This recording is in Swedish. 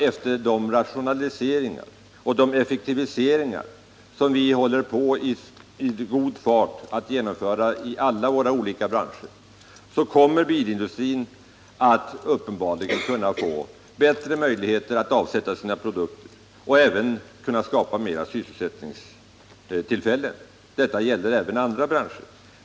Efter de rationaliseringar och effektiviseringar som vi i god fart håller på att genomföra i alla våra olika branscher, kommer bilindustrin uppenbarligen att få bättre möjligheter att avsätta sina produkter och även att skapa fler sysselsättningstillfällen. Detta gäller även andra branscher.